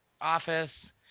office